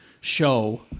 show